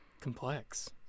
Complex